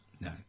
No